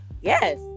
Yes